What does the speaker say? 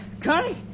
Connie